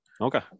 Okay